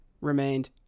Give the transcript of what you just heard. remained